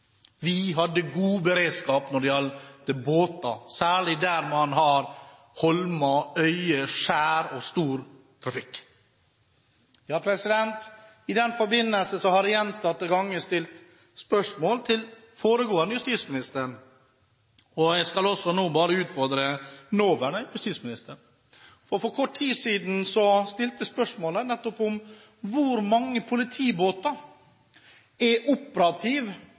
hadde god beredskap når det gjelder båter, særlig der man har holmer, øyer, skjær og stor trafikk. I den forbindelse har jeg gjentatte ganger stilt spørsmål til den foregående justisministeren, og jeg skal også nå utfordre nåværende justisminister. For kort tid siden stilte jeg spørsmålet om hvor mange politibåter som er operative